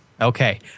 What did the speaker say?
Okay